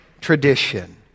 tradition